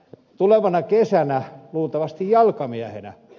tulevana kesänä luultavasti jalkamiehenä